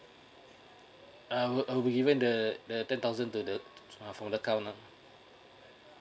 I would uh we given the the ten thousand to the uh for the come lah